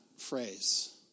phrase